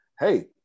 Hey